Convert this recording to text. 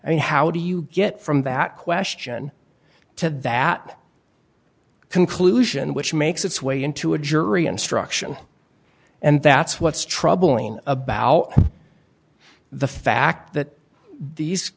i mean how do you get from that question to that conclusion which makes its way into a jury instruction and that's what's troubling about the fact that these